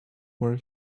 where